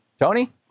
Tony